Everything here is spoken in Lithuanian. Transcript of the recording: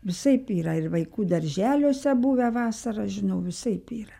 visaip yra ir vaikų darželiuose buvę vasarą žinau visaip yra